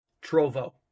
Trovo